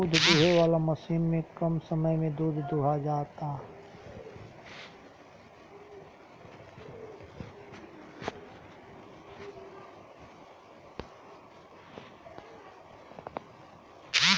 दूध दूहे वाला मशीन से कम समय में दूध दुहा जाला